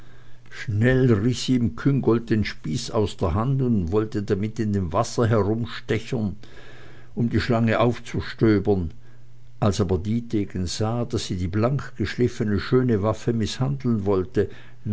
schnell riß sie ihm den spieß aus der hand und wollte damit in dem wasser herumstechen um die schlange aufzustöbern aber als dietegen sah daß sie die blankgeschliffene schöne waffe mißhandeln wollte